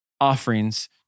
offerings